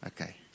Okay